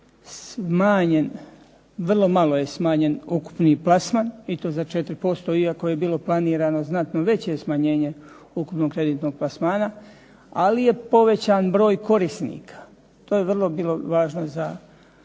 smanjen, vrlo malo je smanjen ukupni plasman i to za 4% iako je bilo planirano znatno veće smanjenje ukupnog kreditnog plasmana, ali je povećan broj korisnika. To je vrlo bilo važno za